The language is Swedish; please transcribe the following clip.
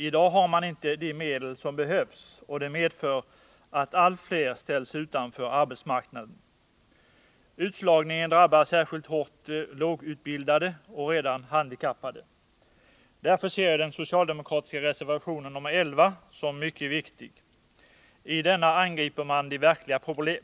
I dag har man inte de medel som behövs, och det medför att allt fler ställs utanför arbetsmarknaden. Utslagningen drabbar särskilt hårt lågutbildade och redan handikappade. Därför ser jag den socialdemokratiska reservationen nr 11 som mycket viktig. I denna angriper man de verkliga